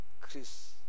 Chris